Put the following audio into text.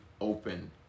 open